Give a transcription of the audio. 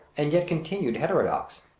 and yet continued heterodox.